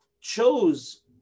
chose